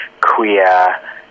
queer